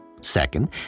Second